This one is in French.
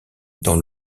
dans